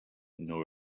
nor